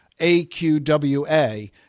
AQWA